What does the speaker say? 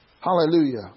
Hallelujah